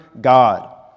God